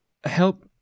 help